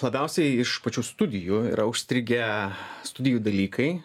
labiausiai iš pačių studijų yra užstrigę studijų dalykai